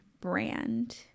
brand